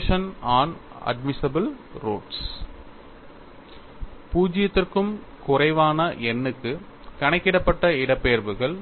discussion on admissible roots 0 க்கும் குறைவான n க்கு கணக்கிடப்பட்ட இடப்பெயர்வுகள்